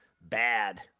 bad